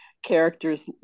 characters